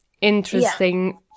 interesting